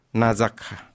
nazaka